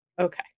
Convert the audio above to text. Okay